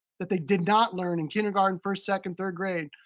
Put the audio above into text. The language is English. that they did not learn in kindergarten, first, second, third grade.